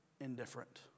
indifferent